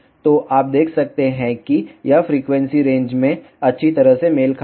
तो आप देख सकते हैं कि यह इस फ्रीक्वेंसी रेंज में अच्छी तरह से मेल खाता है